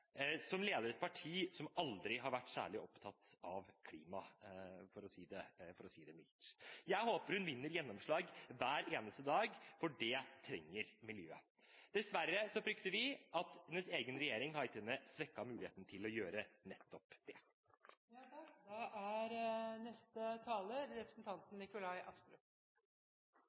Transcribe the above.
som leder et parti som aldri har vært særlig opptatt av klima, for å si det mildt. Jeg håper hun får gjennomslag hver eneste dag, for det trenger miljøet. Dessverre frykter vi at hennes egen regjering har gitt henne svekkede muligheter til å gjøre nettopp det. La meg få lov til å takke interpellanten for å reise et viktig tema. Jeg er